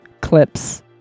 clips